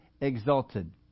exalted